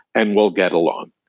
and we'll get along.